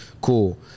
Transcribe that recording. Cool